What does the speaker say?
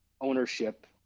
ownership